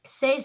say